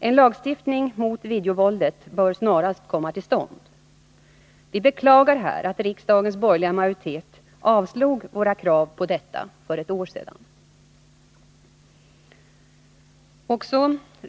En lagstiftning mot videovåldet bör snarast komma till stånd. Vi beklagar att riksdagens borgerliga majoritet avslog våra krav på detta för ett år sedan.